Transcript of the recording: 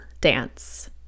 dance